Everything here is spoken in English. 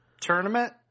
Tournament